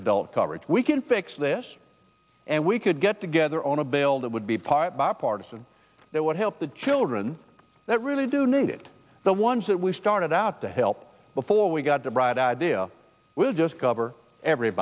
adult coverage we can fix this and we could get together on a bill that would be part bipartisan they would help the children that really do need it the ones that we started out to help before we got the right idea will just cover every